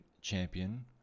champion